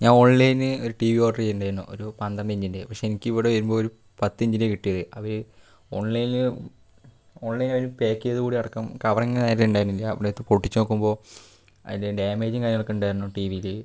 ഞാൻ ഓൺലൈനിൽനിന്ന് ഒരു ടി വി ഓഡർഡർ ചെയ്തിട്ടുണ്ടായിരുന്നു ഒരു പന്ത്രണ്ട് ഇഞ്ചിൻ്റെ പക്ഷെ എനിക്ക് ഇവിടെ വരുമ്പോൾ ഒരു പത്ത് ഇഞ്ചിൻ്റെയാണ് കിട്ടിയത് അത് ഓൺലൈനിൽ ഓൺലൈൻകാർ പാക്ക് ചെയ്തതോടു കൂടി അടക്കം കവറിങ്ങ് നേരെ ഉണ്ടായിരുന്നില്ല ഇവിടെയെത്തി പൊട്ടിച്ചു നോക്കുമ്പോൾ അതിൽ ഡാമേജും കാര്യങ്ങളൊക്കെ ഉണ്ടായിരുന്നു ടി വിയിൽ